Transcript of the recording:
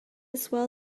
swell